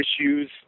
issues